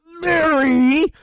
Mary